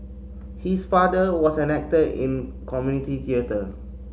his father was an actor in community theatre